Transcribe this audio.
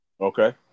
Okay